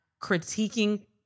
critiquing